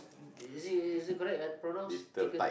uh is it correct I pronounce tykes